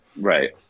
right